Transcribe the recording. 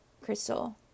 crystal